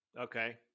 Okay